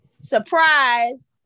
Surprise